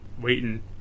Waiting